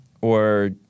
Or-